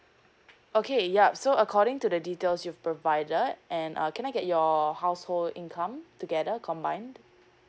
okay yup so according to the details you provided and uh can I get your household income together combined